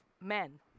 men